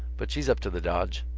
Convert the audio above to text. but she's up to the dodge.